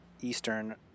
Eastern